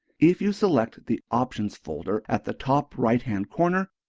if you select the options folder at the top right hand corner,